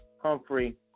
Humphrey